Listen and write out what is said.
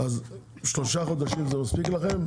שלושה חודשים זה מספיק לכם?